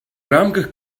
рамках